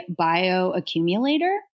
bioaccumulator